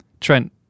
Trent